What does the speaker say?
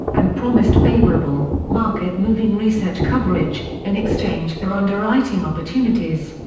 and promised favorable, market-moving research coverage, in exchange for underwriting opportunities.